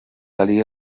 galí